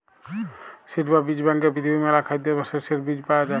seed বা বীজ ব্যাংকে পৃথিবীর মেলা খাদ্যের বা শস্যের বীজ পায়া যাই